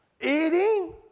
eating